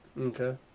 Okay